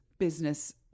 business